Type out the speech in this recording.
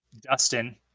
dustin